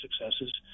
successes